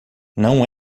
não